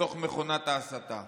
בתוך מכונת ההסתה.